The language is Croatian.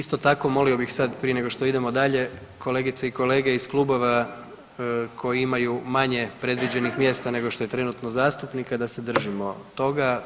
Isto tako molio bih sad prije nego što idemo dalje, kolegice i kolege iz klubova koji imaju manje predviđenih mjesta nego što je trenutno zastupnika da se držimo tog.